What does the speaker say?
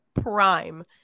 prime